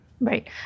Right